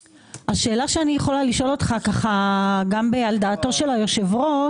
השאלה שאני יכולה לשאול אותך גם על דעתו של היושב-ראש,